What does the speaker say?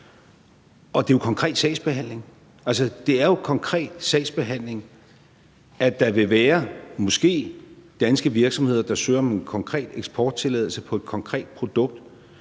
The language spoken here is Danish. Det er jo konkret sagsbehandling – det er jo konkret sagsbehandling – og der vil være, måske, danske virksomheder, der søger om en konkret eksporttilladelse til et konkret produkt,